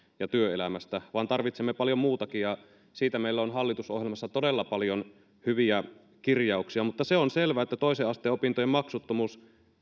ja työelämästä vaan tarvitsemme paljon muutakin ja siitä meillä on hallitusohjelmassa todella paljon hyviä kirjauksia mutta se on selvä että toisen asteen opintojen maksuttomuus